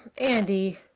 Andy